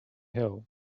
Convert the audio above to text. hill